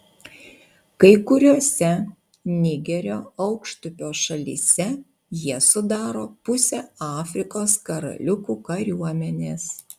kai kuriose nigerio aukštupio šalyse jie sudaro pusę afrikos karaliukų kariuomenės